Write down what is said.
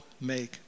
make